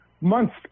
months